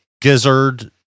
gizzard